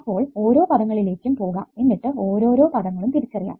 അപ്പോൾ ഓരോ പദങ്ങളിലേക്കും പോകാം എന്നിട്ട് ഓരോരോ പദങ്ങളും തിരിച്ചറിയാം